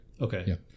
Okay